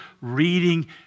reading